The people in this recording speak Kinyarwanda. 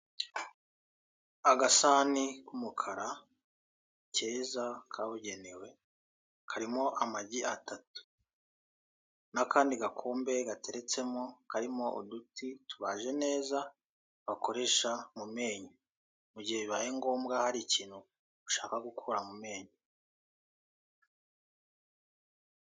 Agasahani k'umukara keza kabugenewe, karimo amagi atatu n'akandi gakombe gateretsemo karimo uduti tubaje neza bakoresha mu menyo mu gihe bibaye ngombwa hari ikintu ushaka gukura mu menyo.